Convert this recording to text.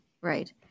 right